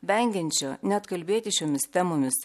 vengiančio net kalbėti šiomis temomis